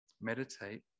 Meditate